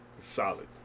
Solid